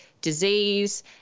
disease